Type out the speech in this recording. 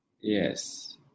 Yes